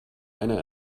eine